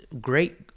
great